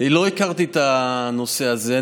לא הכרתי את הנושא הזה.